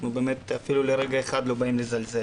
אנחנו באמת אפילו לרגע אחד לא באים לזלזל.